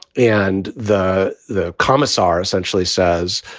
and the the kommissar essentially says,